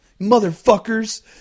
motherfuckers